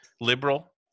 liberal